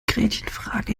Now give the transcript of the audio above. gretchenfrage